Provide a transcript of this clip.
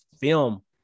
film